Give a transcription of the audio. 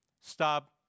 stop